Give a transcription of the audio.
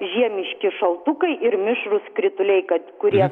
žiemiški šaltukai ir mišrūs krituliai kad kurie